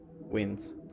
wins